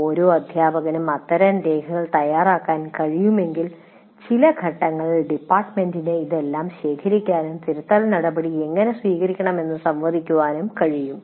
ഓരോ അദ്ധ്യാപകനും അത്തരം രേഖകൾ തയ്യാറാക്കാൻ കഴിയുമെങ്കിൽ ചില ഘട്ടങ്ങളിൽ ഡിപ്പാർട്ട്മെന്റിന് ഇതെല്ലാം ശേഖരിക്കാനും തിരുത്തൽ നടപടികൾ എങ്ങനെ സ്വീകരിക്കാമെന്നും സംവദിക്കാൻ കഴിയും